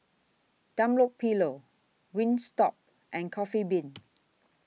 Dunlopillo Wingstop and Coffee Bean